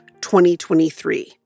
2023